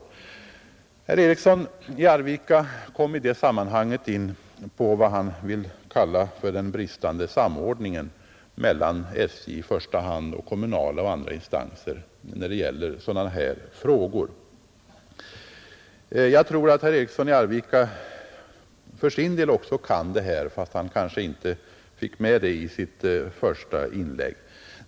Herr Eriksson i Arvika kom i det sammanhanget in på vad han vill kalla för den bristande samordningen mellan SJ och kommunala och andra instanser när det gäller sådana här frågor. Jag tror att herr Eriksson i Arvika för sin del också kan det här, fast han kanske inte fick med det i sitt första inlägg.